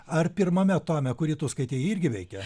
ar pirmame tome kurį tu skaitei ji irgi veikia